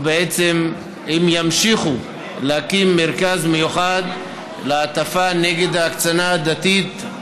והם ימשיכו להקים מרכז מיוחד להטפה נגד ההקצנה הדתית,